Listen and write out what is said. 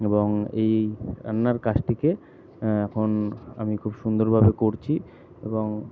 এবং এই রান্নার কাজটিকে এখন আমি খুব সুন্দরভাবে করছি এবং